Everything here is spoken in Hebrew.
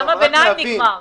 גם הביניים נגמר,